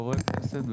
חברי הכנסת?